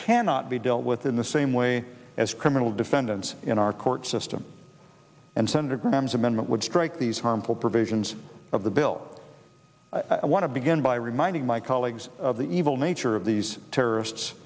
cannot be dealt with in the same way as criminal sentence in our court system and senator graham's amendment would strike these harmful provisions of the bill i want to begin by reminding my colleagues of the evil nature of these terrorists